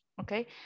okay